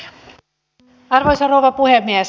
arvoisa rouva puhemies